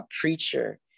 Preacher